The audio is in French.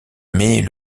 mais